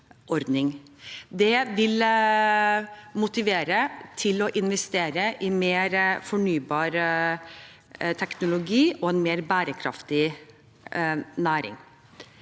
Det vil motivere til å investere i mer fornybar teknologi og en mer bærekraftig næring.